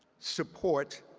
support,